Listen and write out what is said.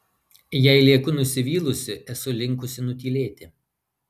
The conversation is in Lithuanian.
jei lieku nusivylusi esu linkusi nutylėti